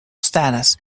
status